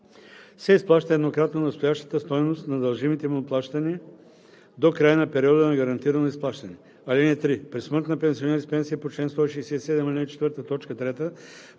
се изплаща еднократно настоящата стойност на дължимите му плащания до края на периода на гарантирано изплащане. (3) При смърт на пенсионер с пенсия по чл.